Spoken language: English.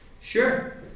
Sure